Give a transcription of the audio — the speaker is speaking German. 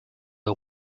der